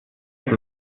ist